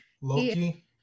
Loki